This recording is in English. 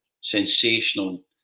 sensational